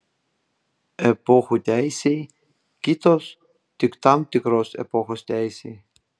epochų teisei kitos tik tam tikros epochos teisei